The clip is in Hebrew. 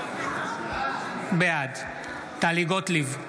בעד טלי גוטליב,